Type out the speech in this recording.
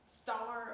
star